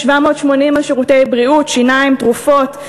780 על שירותי בריאות, שיניים, תרופות.